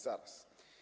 Zaraz.